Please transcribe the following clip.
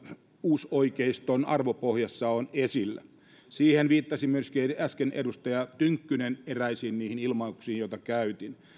uusoikeiston arvopohjassa on esillä siihen viittasi myöskin äsken edustaja tynkkynen eräisiin niihin ilmauksiin joita käytin